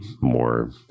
more